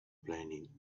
planning